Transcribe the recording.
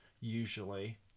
usually